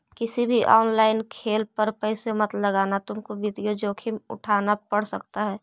किसी भी ऑनलाइन खेल पर पैसे मत लगाना तुमको वित्तीय जोखिम उठान पड़ सकता है